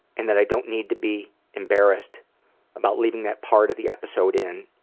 and that i don't need to be embarrassed about leaving that part of the episode in,